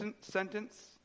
sentence